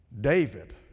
David